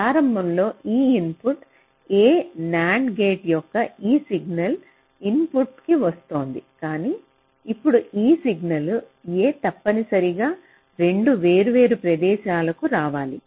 ప్రారంభంలో ఈ input A NAND gate యొక్క ఈ సింగిల్ ఇన్పుట్కు వస్తోంది కానీ ఇప్పుడు ఈ ఇన్పుట్ A తప్పనిసరిగా 2 వేర్వేరు ప్రదేశాలకు రావాలి